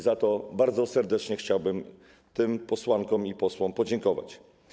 Za to bardzo serdecznie chciałbym tym posłankom i posłom podziękować.